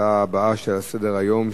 להצעה הבאה לסדר-היום,